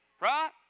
Right